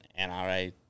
NRA